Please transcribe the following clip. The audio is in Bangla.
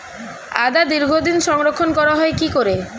আদা দীর্ঘদিন সংরক্ষণ করা হয় কি করে?